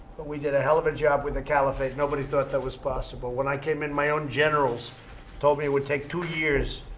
but we did a hell of a job with the caliphate. nobody thought that was possible. when i came in, my own generals told me it would take two years.